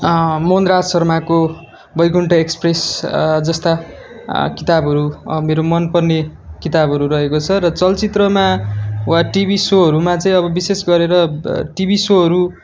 मोहन राज शर्माको बैकुण्ठ एक्सप्रेस जस्ता किताबहरू मेरो मन पर्ने किताबहरू रहेको छ र चलचित्रमा वा टिभी सोहरूमा चाहिँ अब विशेष गरेर ब टिभी सोहरू